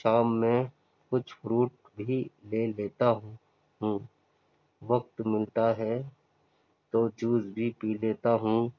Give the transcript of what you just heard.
شام میں کچھ فروٹ ہی لے لیتا ہوں وقت ملتا ہے تو جوس بھی پی لیتا ہوں